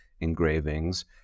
engravings